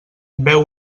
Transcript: beu